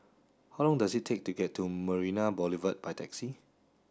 how long does it take to get to Marina Boulevard by taxi